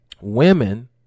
women